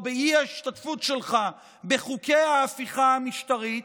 באי-השתתפות שלך בחוקי ההפיכה המשטרית,